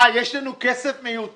מה, יש לנו כסף מיותר?